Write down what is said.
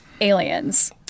aliens